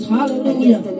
Hallelujah